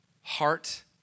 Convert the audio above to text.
heart